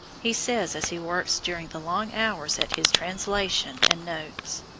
he says as he works during the long hours at his translation and notes.